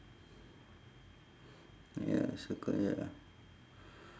ya I circle ya